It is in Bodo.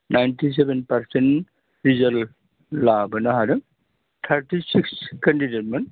नाइन्टि सेभेन पार्सेन्ट रिजाल्ट लाबोनो हादों थार्टिसिक्स केण्डिडेटमोन